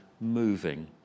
moving